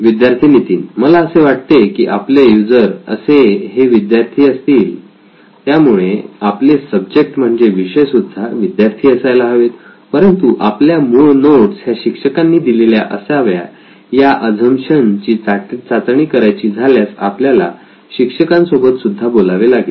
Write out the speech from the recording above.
विद्यार्थी नितीन मला असे वाटते की आपले युजर असे हे विद्यार्थी असतील त्यामुळे आपले सब्जेक्ट म्हणजे विषय सुद्धा विद्यार्थी असायला हवेत परंतु आपल्या मूळ नोट्स ह्या शिक्षकांनी दिलेल्या असाव्या या अझम्पशन ची चाचणी करायची झाल्यास आपल्याला शिक्षकांसोबत सुद्धा बोलावे लागेल